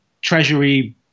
treasury